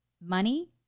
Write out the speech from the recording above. money